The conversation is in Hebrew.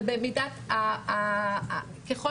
אבל ככל